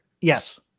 Yes